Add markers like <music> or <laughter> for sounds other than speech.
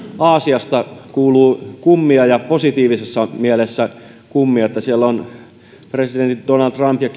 aasiasta kuuluu kummia positiivisessa mielessä kummia siellä ovat presidentit donald trump ja <unintelligible>